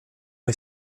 est